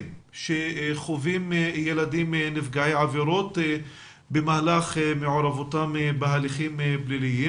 שחווים ילדים נפגעי עבירות במהלך מעורבותם בהליכים פליליים